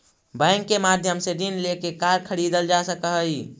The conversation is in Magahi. बैंक के माध्यम से ऋण लेके कार खरीदल जा सकऽ हइ